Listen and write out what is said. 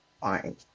fine